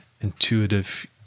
intuitive